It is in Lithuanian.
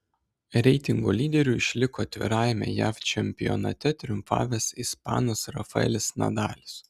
reitingo lyderiu išliko atvirajame jav čempionate triumfavęs ispanas rafaelis nadalis